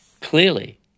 Clearly